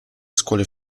scuole